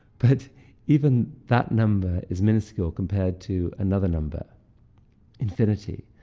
but even that number is minuscule compared to another number infinity.